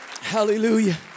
Hallelujah